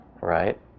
right